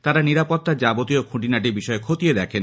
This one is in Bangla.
তারা নিরাপত্তার যাবতীয় খুঁটিনাটি বিষয় খতিয়ে দেখেন